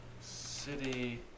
City